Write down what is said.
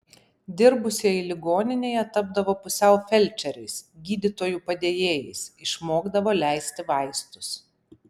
dirbusieji ligoninėje tapdavo pusiau felčeriais gydytojų padėjėjais išmokdavo leisti vaistus